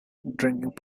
drinking